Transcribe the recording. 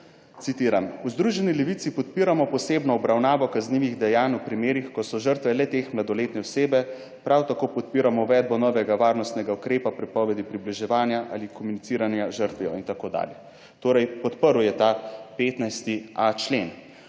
Citiram: »V Združeni levici podpiramo posebno obravnavo kaznivih dejanj v primerih, ko so žrtve le-te mladoletne osebe. Prav tako podpiramo uvedbo novega varnostnega ukrepa prepovedi približevanja ali komuniciranja z žrtvijo in tako dalje«. Torej, podprl je ta 15.a člen.